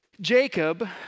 Jacob